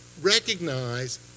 recognize